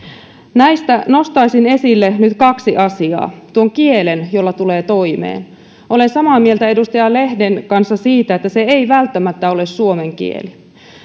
näistä nostaisin esille nyt kaksi asiaa kieli jolla tulee toimeen olen samaa mieltä edustaja lehden kanssa siitä että se ei välttämättä ole suomen kieli